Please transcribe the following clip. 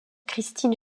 christine